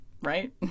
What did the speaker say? right